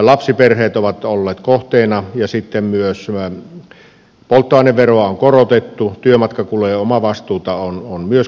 lapsiperheet ovat olleet kohteena ja sitten myös polttoaineveroa on korotettu työmatkakulujen omavastuuta on myös korotettu